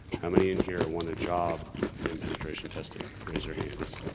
how many in here want a job in penetration testing? raise your hands.